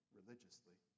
religiously